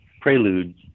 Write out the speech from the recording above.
prelude